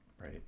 right